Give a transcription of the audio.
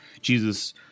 Jesus